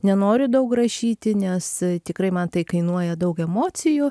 nenoriu daug rašyti nes tikrai man tai kainuoja daug emocijų